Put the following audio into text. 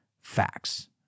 facts